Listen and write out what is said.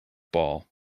ball